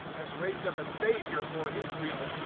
has raised up a saviour for israel,